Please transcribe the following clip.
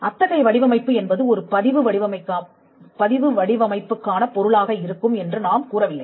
அத்தகைய வடிவமைப்பு என்பது ஒரு பதிவு வடிவமைப்புக்கான பொருளாக இருக்கும் என்று நாம் கூறவில்லை